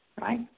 right